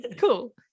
Cool